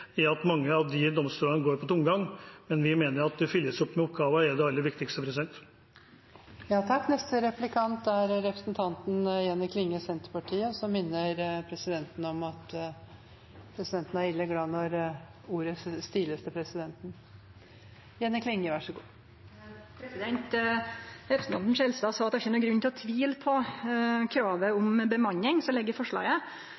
at mange av de domstolene går på tomgang. Vi mener at det at det fylles opp med oppgaver, er det aller viktigste. Presidenten minner om at hun er «ille glad» når talen stiles til presidenten. Representanten Skjelstad sa at det ikkje er nokon grunn til å tvile på kravet